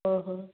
ଓହୋ